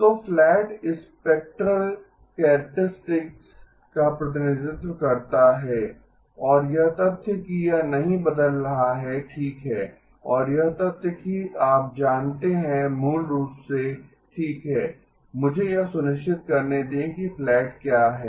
तो flat spectral characteristic का प्रतिनिधित्व करता है और यह तथ्य कि यह नहीं बदल रहा है ठीक है और यह तथ्य कि आप जानते हैं मूल रूप से ठीक है मुझे यह सुनिश्चित करने दें कि फ्लैट क्या है